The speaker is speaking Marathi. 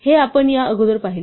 हे आपण या अगोदर पाहिले आहे